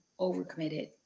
overcommitted